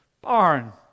barn